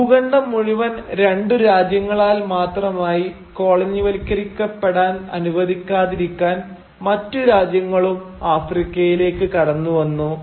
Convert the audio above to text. ഭൂഖന്ധം മുഴുവൻ രണ്ടു രാജ്യങ്ങളാൽ മാത്രമായി കോളനിവൽക്കരിക്കപ്പെടാൻ അനുവദിക്കാതിരിക്കാൻ മറ്റു രാജ്യങ്ങളും ആഫ്രിക്കയിലേക്ക് കടന്നു വന്നു